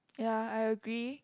ya I agree